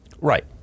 Right